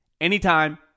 anytime